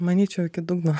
manyčiau iki dugno